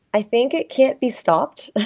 i think it can't be stopped.